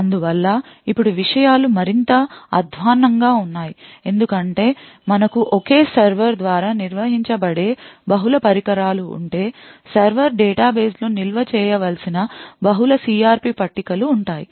అందువల్ల ఇప్పుడు విషయాలు మరింత అధ్వాన్నంగా ఉన్నాయి ఎందుకంటే మనకు ఒకే సర్వర్ ద్వారా నిర్వహించబడే బహుళ పరికరాలు ఉంటే సర్వర్ డేటాబేస్ లో నిల్వ చేయవలసిన బహుళ CRP పట్టికలు ఉంటాయి